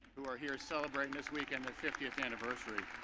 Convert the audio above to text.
who are here celebrating this weekend their fiftieth anniversary.